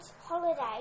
holiday